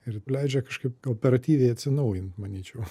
ir leidžia kažkaip operatyviai atsinaujint manyčiau